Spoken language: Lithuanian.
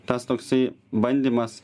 tas toksai bandymas